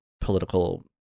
political